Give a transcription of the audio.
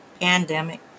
pandemic